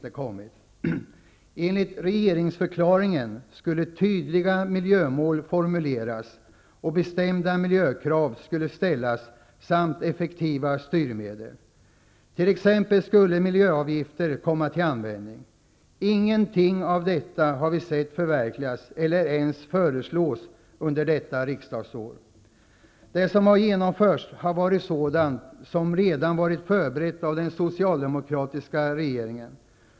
Enligt regeringsförklaringen skulle tydliga miljömål formuleras och bestämda miljökrav skulle ställas, samtidigt som effektiva styrmedel --t.ex. miljöavgifter -- skulle komma till användning. Ingenting av detta har vi sett förverkligas eller ens föreslås under detta riksdagsår. Det som har genomförts har varit sådant som redan var förberett av den socialdemokratiska regeringen.